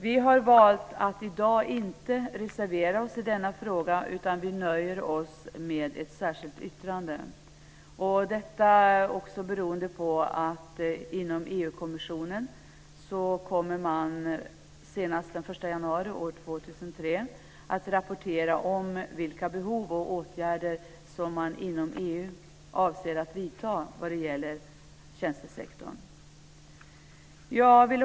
Vi har valt att inte reservera oss i denna fråga, utan vi nöjer oss med ett särskilt yttrande, detta beroende bl.a. på att man inom EU-kommissionen senast den 1 januari 2003 kommer att rapportera om vilka behov som finns och åtgärder som man inom EU avser att vidta inom tjänstesektorn.